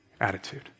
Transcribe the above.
attitude